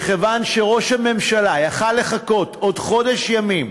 מכיוון שראש הממשלה יכול לחכות עוד חודש ימים,